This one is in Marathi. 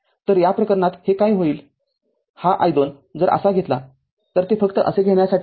तर या प्रकरणात हे काय होईल हा i२जर असा घेतला तर ते फक्त असे घेण्यासाठी आहे